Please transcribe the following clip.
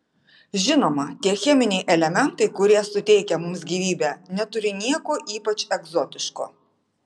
žinoma tie cheminiai elementai kurie suteikia mums gyvybę neturi nieko ypač egzotiško